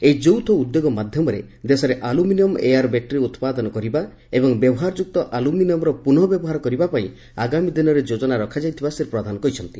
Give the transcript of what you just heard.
ଏହି ଯୌଥ ଉଦ୍ୟୋଗ ମାଧ୍ଘମରେ ଦେଶରେ ଆଲୁମିନିୟମ୍ ଏୟାର୍ ବ୍ୟାଟେରୀ ଉପାଦନ କରିବା ଏବଂ ବ୍ୟବହାରଯୁକ୍ତ ଆଲୁମିନିୟମ୍ର ପୁନଃବ୍ୟବହାର କରିବା ପାଇଁ ଆଗାମୀ ଦିନରେ ଯୋଜନା ରଖାଯାଇଥିବା ଶ୍ରୀ ପ୍ରଧାନ କହିଛନ୍ତି